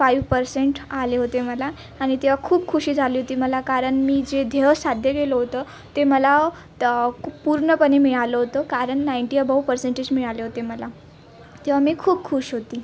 five percent आले होते मला आणि तेव्हा खूप खुशी झाली होती मला कारण मी जे ध्येय साध्य केलं होतं ते मला तर कू पूर्णपणे मिळालं होत कारण नाईन्टी अबाऊ पर्सेंटेज मिळाले होते मला तेव्हा मी खूप खूश होती